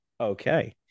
Okay